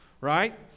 Right